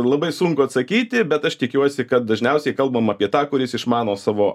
labai sunku atsakyti bet aš tikiuosi kad dažniausiai kalbam apie tą kuris išmano savo